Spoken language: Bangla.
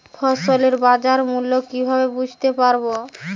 ফসলের বাজার মূল্য কিভাবে বুঝতে পারব?